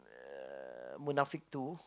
uh Munafik two